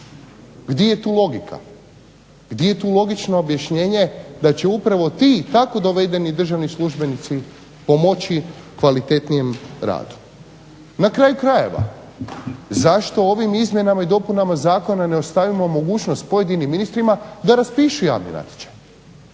Gdje je tu logika, gdje je tu logično objašnjenje da će upravo ti tako dovedeni državni službenici pomoći kvalitetnijem radu. Na kraju krajeva, zašto ovim izmjenama i dopunama Zakona ne ostavimo mogućnost pojedinim ministrima da raspišu javni natječaj,